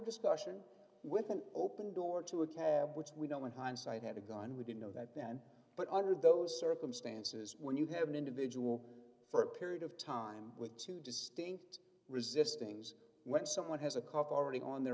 discussion with an open door to a cab which we don't want hindsight had a gun we didn't know that then but under those circumstances when you have an individual for a period of time with two distinct resisting is when someone has a cough already on the